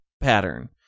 pattern